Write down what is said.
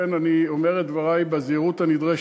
לכן אני אומר את דברי בזהירות הנדרשת.